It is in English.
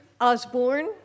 Osborne